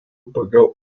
pagal